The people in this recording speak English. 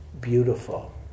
beautiful